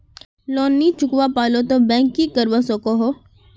Loan नी चुकवा पालो ते बैंक की करवा सकोहो?